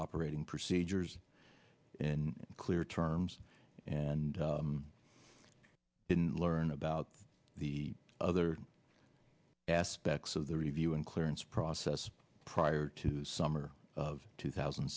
operating procedures in clear terms and didn't learn about the other aspects of the review and clearance process prior to summer of two thousand